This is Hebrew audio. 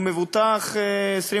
הוא מבוטח 24